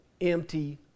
empty